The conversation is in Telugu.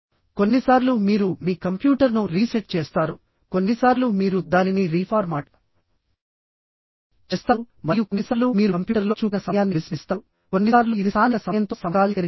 కొన్నిసార్లు మీరు మీ కంప్యూటర్ను రీసెట్ చేస్తారు కొన్నిసార్లు మీరు దానిని రీఫార్మాట్ చేస్తారు మరియు కొన్నిసార్లు మీరు కంప్యూటర్లో చూపిన సమయాన్ని విస్మరిస్తారు కొన్నిసార్లు ఇది స్థానిక సమయంతో సమకాలీకరించబడుతుంది